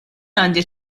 għandi